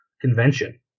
convention